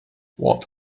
what